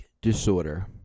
disorder